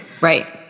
right